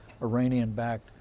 Iranian-backed